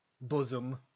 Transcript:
bosom